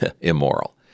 immoral